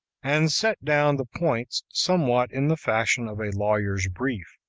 and set down the points somewhat in the fashion of a lawyer's brief,